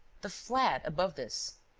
the flat above this?